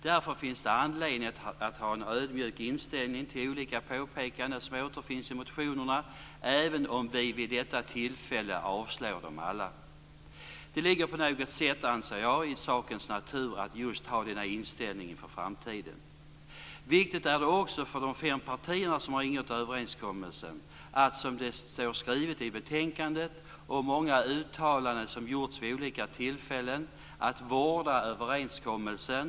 Därför finns det anledning att ha en ödmjuk inställning till olika påpekanden som återfinns i motionerna även om vi vid detta tillfälle avslår dem alla. Det ligger på något sätt, anser jag, i sakens natur att ha just den inställningen inför framtiden. Viktigt är också för de fem partier som har ingått överenskommelsen att, som det står skrivet i betänkandet och som har sagts i många uttalanden vid olika tillfällen, vårda överenskommelsen.